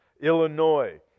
Illinois